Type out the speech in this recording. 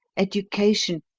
education,